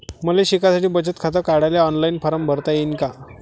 मले शिकासाठी बचत खात काढाले ऑनलाईन फारम भरता येईन का?